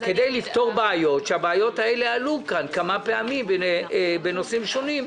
כדי לפתור בעיות שהבעיות האלה עלו כאן כמה פעמים בנושאים שונים,